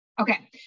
Okay